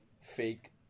fake